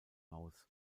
aus